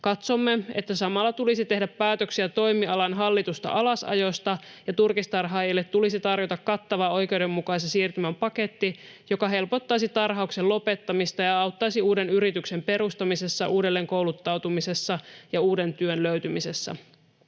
Katsomme, että samalla tulisi tehdä päätöksiä toimialan hallitusta alasajosta ja turkistarhaajille tulisi tarjota kattava oikeudenmukaisen siirtymän paketti, joka helpottaisi tarhauksen lopettamista ja auttaisi uuden yrityksen perustamisessa, uudelleenkouluttautumisessa ja uuden työn löytymisessä.